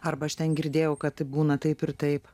arba aš ten girdėjau kad būna taip ir taip